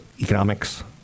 economics